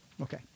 Okay